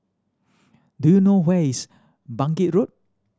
do you know where is Bangkit Road